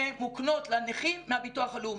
שמוקנות לנכים מהביטוח הלאומי.